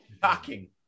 Shocking